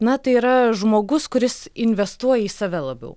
na tai yra žmogus kuris investuoja į save labiau